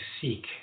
seek